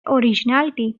originality